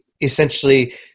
essentially